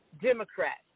Democrats